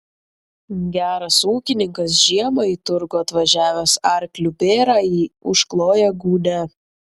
geras ūkininkas žiemą į turgų atvažiavęs arkliu bėrąjį užkloja gūnia